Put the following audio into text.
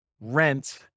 rent